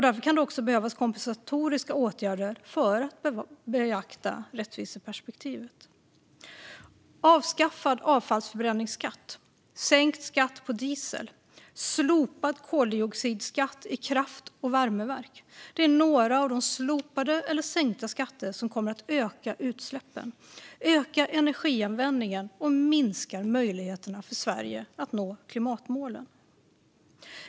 Därför kan det också behövas kompensatoriska åtgärder för att beakta rättviseperspektivet. Avskaffad avfallsförbränningsskatt, sänkt skatt på diesel och slopad koldioxidskatt i kraft och värmeverk är några av de slopade eller sänkta skatter som kommer att öka utsläppen, öka energianvändningen och minska möjligheterna för Sverige att nå klimatmålen.